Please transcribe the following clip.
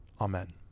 amen